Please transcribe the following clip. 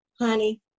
honey